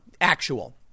actual